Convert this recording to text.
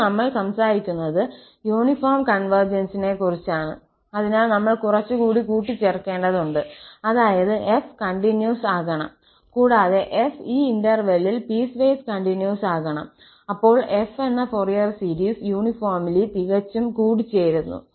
ഇപ്പോൾ നമ്മൾ സംസാരിക്കുന്നത് യൂണിഫോം കോൺവെർജൻസിനെകുറിച്ചാണ് അതിനാൽ നമ്മൾ കുറച്ചുകൂടി കൂട്ടിച്ചേർക്കേണ്ടതുണ്ട് അതായത് 𝑓 കണ്ടിന്യൂസ് ആകണം കൂടാതെ 𝑓′ ഈ ഇന്റെർവല്ലിൽ പീസ്വേസ് കണ്ടിന്യൂസ് ആകണം അപ്പോൾ f എന്ന ഫൊറിയർ സീരീസ് യൂണിഫോംലി തികച്ചും കൂടിച്ചേരുന്നു